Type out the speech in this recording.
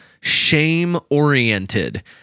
shame-oriented